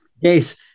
Yes